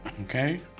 Okay